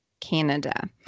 Canada